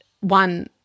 one